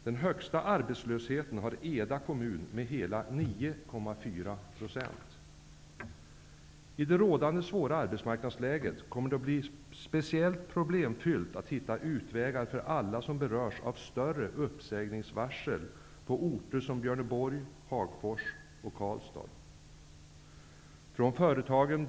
Den högsta arbetslösheten har Eda kommun med hela 9,4 %. I det rådande svåra arbetsmarknadsläget kommer det att bli speciellt problemfyllt att hitta utvägar för alla som berörs av uppsägning på orter som personer om uppsägning.